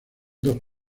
dos